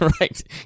Right